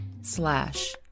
slash